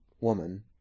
woman